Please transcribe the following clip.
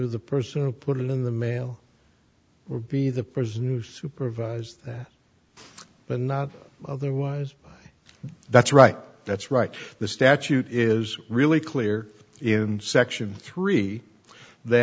the person who put it in the mail or be the person who supervised that but not otherwise that's right that's right the statute is really clear in section three th